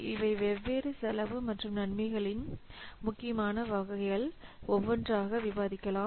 இவை வெவ்வேறு செலவு மற்றும் நன்மைகளின் முக்கியமான வகைகள் ஒவ்வொன்றாக விவாதிக்கலாம்